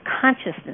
consciousness